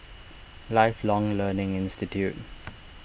Lifelong Learning Institute